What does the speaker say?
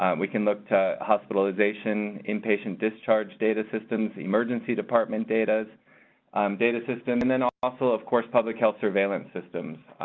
um we can look to hospitalization inpatient discharge data systems emergency department data um data systems and then ah also, of course, public health surveillance systems,